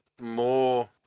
more